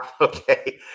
Okay